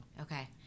Okay